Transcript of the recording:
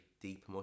deep